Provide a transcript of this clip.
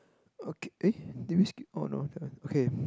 okay eh did we skip oh no never~ okay